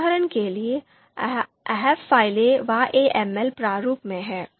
उदाहरण के लिए ahp फाइलें YAML प्रारूप में हैं